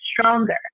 stronger